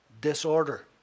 disorder